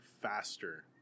faster